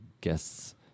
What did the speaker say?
guests